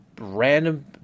random